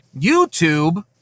YouTube